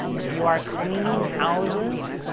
if you are cleaning houses,